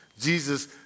Jesus